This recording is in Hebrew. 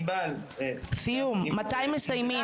סיום, מתי מסיימים.